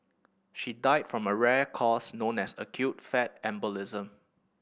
she died from a rare cause known as acute fat embolism